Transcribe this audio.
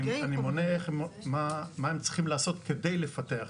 אני מונה מה הם צריכים לעשות כדי לפתח,